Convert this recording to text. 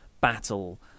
battle